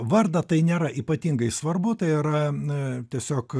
vardą tai nėra ypatingai svarbu tai yra na tiesiog